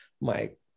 Mike